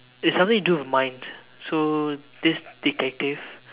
it's something to do with minds so this detective